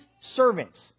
servants